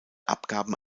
abgaben